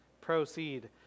proceed